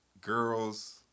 girls